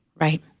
right